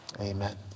amen